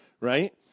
right